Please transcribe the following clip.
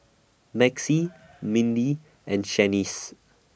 Maxie Mindy and Shaniece